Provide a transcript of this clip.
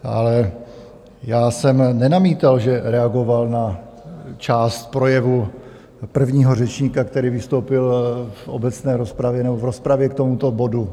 Ale já jsem nenamítal, že reagoval na část projevu prvního řečníka, který vystoupil v obecné rozpravě nebo v rozpravě k tomuto bodu.